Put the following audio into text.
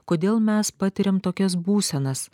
kodėl mes patiriam tokias būsenas